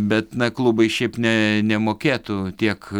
bet na klubai šiaip ne nemokėtų tiek